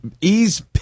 Ease